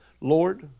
Lord